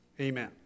amen